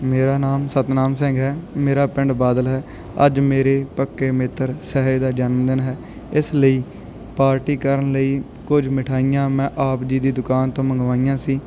ਮੇਰਾ ਨਾਮ ਸਤਨਾਮ ਸਿੰਘ ਹੈ ਮੇਰਾ ਪਿੰਡ ਬਾਦਲ ਹੈ ਅੱਜ ਮੇਰੇ ਪੱਕੇ ਮਿੱਤਰ ਸਹਿਜ ਦਾ ਜਨਮਦਿਨ ਹੈ ਇਸ ਲਈ ਪਾਰਟੀ ਕਰਨ ਲਈ ਕੁਝ ਮਿਠਾਈਆਂ ਮੈਂ ਆਪ ਜੀ ਦੀ ਦੁਕਾਨ ਤੋਂ ਮੰਗਵਾਈਆਂ ਸੀ